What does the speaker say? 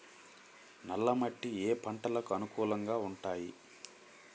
నల్ల మట్టి ఏ ఏ పంటలకు అనుకూలంగా ఉంటాయి?